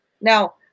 Now